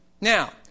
Now